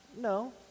no